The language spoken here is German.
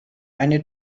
eine